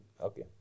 okay